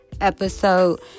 episode